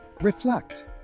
reflect